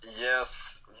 Yes